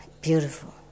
Beautiful